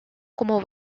como